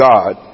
God